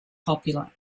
popular